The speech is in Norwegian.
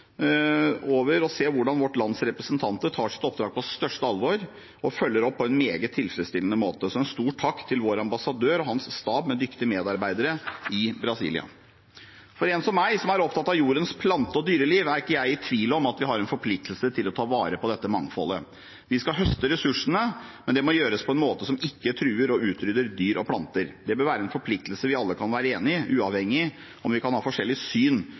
over å se hvordan vårt lands representanter tar sitt oppdrag på største alvor og følger opp på en meget tilfredsstillende måte. Så en stor takk til vår ambassadør og hans stab med dyktige medarbeidere i Brasilia. For en som meg, som er opptatt av jordens plante- og dyreliv, er det ikke tvil om at vi har en forpliktelse til å ta vare på dette mangfoldet. Vi skal høste ressursene, men det må gjøres på en måte som ikke truer og utrydder dyr og planter. Det bør være en forpliktelse vi alle kan være enig i, uavhengig av om vi kan ha forskjellig syn